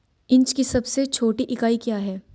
Inch की सबसे छोटी इकाई क्या है?